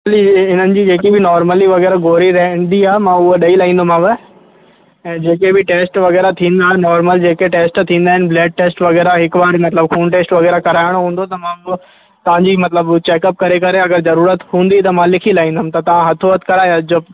इन्हनि जी जेकी बि नोर्मली वग़ैरह गोरी रहंदी आहे मां उहा ॾेई लाहींदोमांव ऐं जेके बि टेस्ट वग़ैरह थींदा नोर्मल जेके टेस्ट थींदा आहिनि ब्लड टेस्ट वग़ैरह हिकु बार मतिलबु खून टेस्ट वग़ैरह कराइणो हूंदो त मां पंहिंजी मतिलबु चेक अप करे करे अगरि ज़रूरत हूंदी त मां लिखी लाहींदमि त तव्हां हथो हथु कराए अचिजो